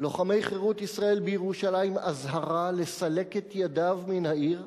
לוחמי חרות ישראל בירושלים אזהרה לסלק את ידיו מן העיר.